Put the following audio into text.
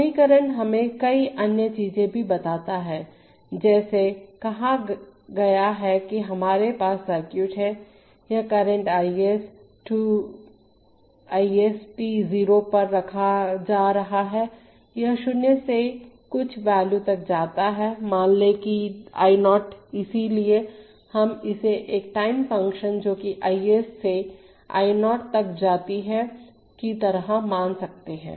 समीकरण हमें कई अन्य चीजें भी बताता है जैसे कहा गया कि हमारे पास सर्किट हैयह करंट I s t 0 पर रखा जा रहा हैयह 0 से कुछ वैल्यू तक जाता है मान ले की I0 इसलिए हम इसे एक टाइम फंक्शन जोकि Is से I0 तक जाती है की तरह मान सकते हैं